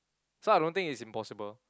so I don't think it's impossible